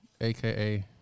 aka